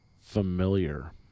familiar